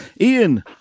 Ian